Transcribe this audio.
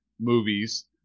movies